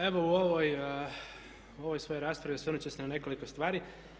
Evo u ovoj svojoj raspravi osvrnut ću se na nekoliko stvari.